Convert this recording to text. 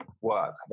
work